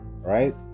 Right